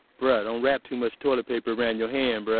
bruh, don't wrap too much toilet paper around your hand, bruh.